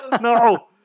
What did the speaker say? No